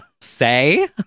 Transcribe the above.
say